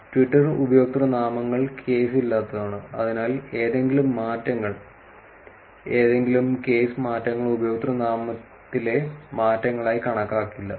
Twitter ഉപയോക്തൃനാമങ്ങൾ കേസില്ലാത്തതാണ് അതിനാൽ ഏതെങ്കിലും മാറ്റങ്ങൾ ഏതെങ്കിലും കേസ് മാറ്റങ്ങൾ ഉപയോക്തൃനാമത്തിലെ മാറ്റങ്ങളായി കണക്കാക്കില്ല